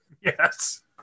Yes